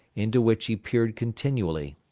into which he peered continually,